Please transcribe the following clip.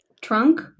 trunk